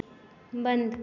बंद